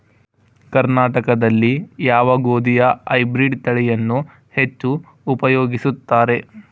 ಕರ್ನಾಟಕದಲ್ಲಿ ಯಾವ ಗೋಧಿಯ ಹೈಬ್ರಿಡ್ ತಳಿಯನ್ನು ಹೆಚ್ಚು ಉಪಯೋಗಿಸುತ್ತಾರೆ?